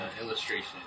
illustration